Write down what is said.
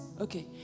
okay